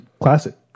classic